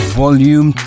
volume